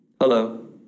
Hello